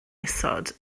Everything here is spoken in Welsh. isod